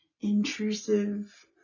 intrusive